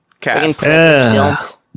Cast